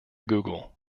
google